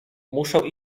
muszę